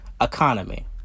economy